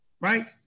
right